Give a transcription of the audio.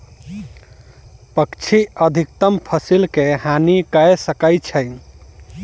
पक्षी अधिकतम फसिल के हानि कय सकै छै